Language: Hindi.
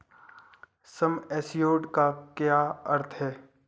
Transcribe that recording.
सम एश्योर्ड का क्या अर्थ है?